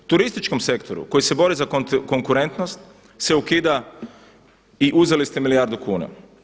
Turističkom sektoru koji se bori za konkurentnost se ukida i uzeli ste milijardu kuna.